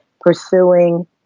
pursuing